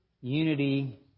unity